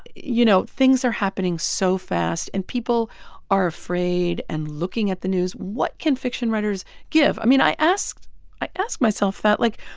you know, things are happening so fast, and people are afraid and looking at the news. what can fiction writers give? i mean, i ask i ask myself that. like,